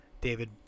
David